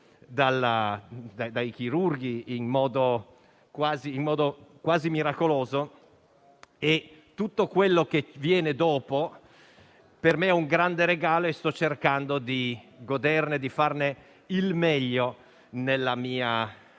dai chirurghi in modo quasi miracoloso), tutto quello che viene dopo per me è un grande regalo e sto cercando di goderne, di farne il meglio nella mia vita».